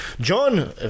John